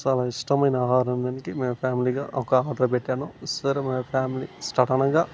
చాలా ఇష్టమైన ఆహారం దానికి మా ఫ్యామిలీగా ఒక ఆర్డర్ పెట్టాను సర్ మా ఫ్యామిలీ సడన్గా